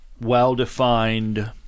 well-defined